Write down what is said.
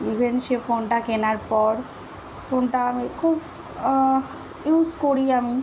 even সে ফোনটা কেনার পর ফোনটা আমি খুব ইউজ করি আমি